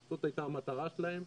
זאת הייתה המטרה שלהם.